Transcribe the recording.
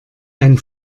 ein